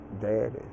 daddy